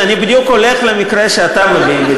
אני בדיוק הולך למקרה שאתה מביא,